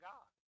God